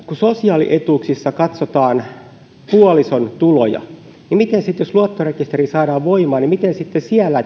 kun sosiaalietuuksissa katsotaan puolison tuloja niin jos luottorekisteri saadaan voimaan miten sitten siellä